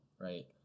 right